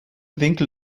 winkel